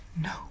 No